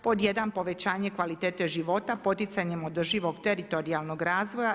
Pod 1 povećanje kvalitete života poticanjem održivog teritorijalnog razvoja.